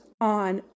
on